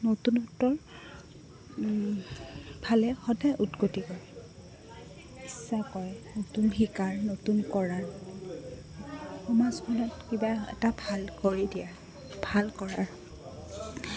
নতুনত্বফালে সদায় উৎগতি কৰে ইচ্ছা কৰে নতুন শিকাৰ নতুন কৰাৰ সমাজখনত কিবা এটা ভাল কৰি দিয়া ভাল কৰাৰ